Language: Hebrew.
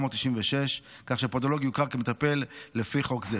1996, כך שפודולוג יוכר כמטפל לפי חוק זה.